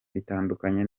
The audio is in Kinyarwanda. bitandukanye